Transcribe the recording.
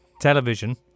Television